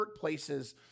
workplaces